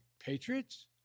Patriots